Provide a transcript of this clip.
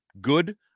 good